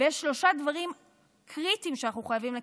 ויש שלושה דברים קריטיים שאנחנו חייבים לקדם.